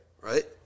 right